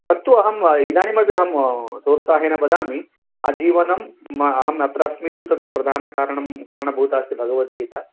तत्तु अहं इदानीमपि अहं सोत्साहेण वदामि आजीवनं मम अहम् अत्र अस्मि इत्यस्य प्रधानकारणं कारणभूता अस्ति भगवदीता